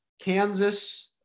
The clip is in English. Kansas